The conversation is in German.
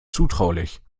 zutraulich